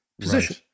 position